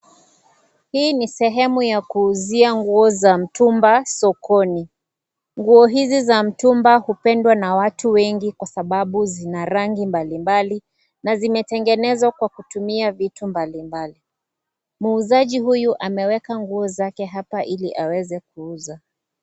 Hii ni sehemu ya kuuzia nguo za mtumba sokoni. Nguo hizi za mtumba hupendwa na watu wengi kwa sababu zina rangi mbalimbali na zimetengenezwa kwa kutumia vitu mbalimbali. Muuzaji huyu ameweka nguo zake hapa ili aweze kuuza.